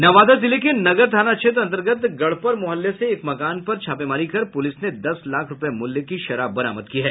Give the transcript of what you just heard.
नवादा जिले के नगर थाना क्षेत्र अन्तर्गत गढ़पर मोहल्ले से एक मकान पर छापेमारी कर पुलिस ने दस लाख रुपए मूल्य की शराब बरामद की है